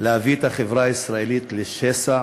להביא את החברה הישראלית לשסע